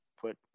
put